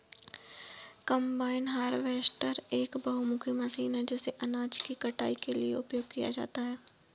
combine harvester एक बहुमुखी machine है जिसे अनाज की कटाई के लिए उपयोग किया जाता है